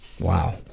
Wow